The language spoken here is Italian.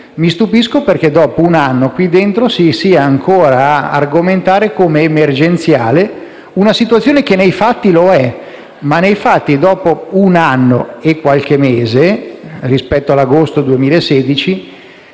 mi stupisco che, dopo un anno, qui dentro si sia ancora ad argomentare come emergenziale una situazione che, nei fatti, lo è ma che dopo un anno e qualche mese, rispetto ad agosto 2016,